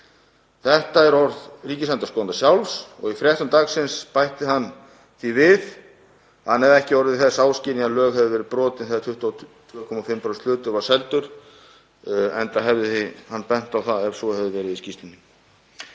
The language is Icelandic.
Þetta eru orð ríkisendurskoðanda sjálfs og í fréttum dagsins bætti hann því við að hann hefði ekki orðið þess áskynja að lög hefðu verið brotin þegar 22,5% hlutur var seldur, enda hefði hann bent á það í skýrslunni